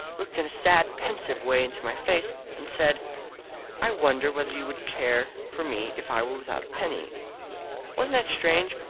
looked in a sad pensive way into my face, and said i wonder whether you could care for me if i were without a penny wasn't it strange?